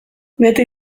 beti